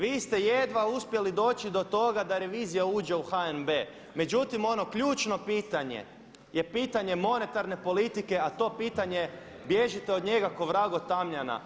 Vi ste jedva uspjeli doći do toga da revizija uđe u HNB, međutim ono ključno pitanje je pitanje monetarne politike a to pitanje bježite od njega ko vrag od tamjana.